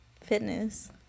fitness